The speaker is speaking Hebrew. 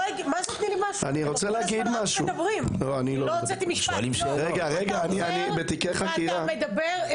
אתה עוצר ואתה מדבר.